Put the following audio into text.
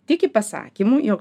tiki pasakymu jog